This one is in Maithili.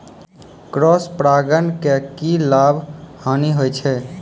क्रॉस परागण के की लाभ, हानि होय छै?